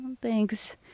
Thanks